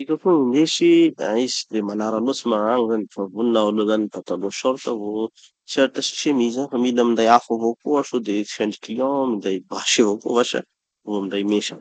tika koa gn'indesy. Ah izy tsy de manara loatsy moa magnagny zany dafa vonona aho aloha zany pataloha short vo t-shirt sy chemise. Fa mila minday afo avao koa sode sendriky lions, minday basy avao koa vasa vo minday mesa.